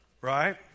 right